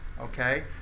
okay